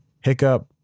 Hiccup